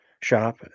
shop